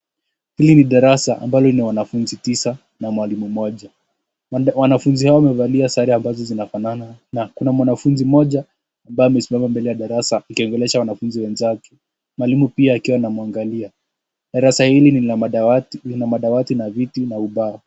Hili ni darasa ambalo lina wanafuzi tisa na mwalimu mmoja. Wanafuzi hao wamevalia sare ambazo zinafanana na kuna mwanafuzi mmoja ambaye amesimama mbele ya darasa akiongelesha wanafuzi wenzake mwalimu pia akiwa anamwangalia. Darasa hili lina madawati na viti na ubao.